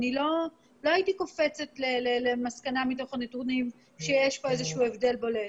לא הייתי קופצת למסקנה שיש פה איזה שהוא הבדל בולט.